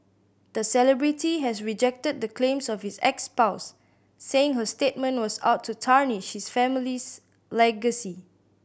the celebrity has rejected the claims of his ex spouse saying her statement was out to tarnish his family's legacy